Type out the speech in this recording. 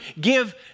give